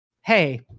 hey